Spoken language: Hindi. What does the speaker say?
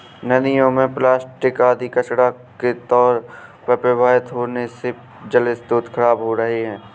नदियों में प्लास्टिक आदि कचड़ा के तौर पर प्रवाहित होने से जलस्रोत खराब हो रहे हैं